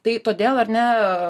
tai todėl ar ne